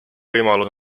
võimalus